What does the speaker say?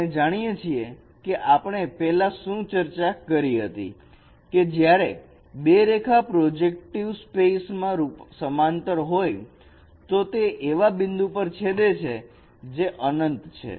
આપણે જાણીએ છીએ કે આપણે પેલા શું ચર્ચા કરી હતી કે જ્યારે બે રેખા પ્રોજેક્ટિવ સ્પેસ માં સમાંતર હોય તો તે એક એવા બિંદુ પર છેદે છે જે અનંત છે